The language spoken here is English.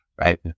right